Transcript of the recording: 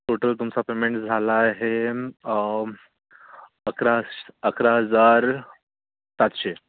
total तुमचा payment झाला आहे अकराश अकरा हजार सातशे